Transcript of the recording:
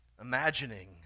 imagining